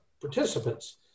participants